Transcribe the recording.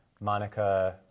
monica